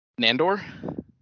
nandor